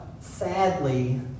sadly